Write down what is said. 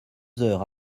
heures